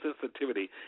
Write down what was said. sensitivity